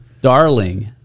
darling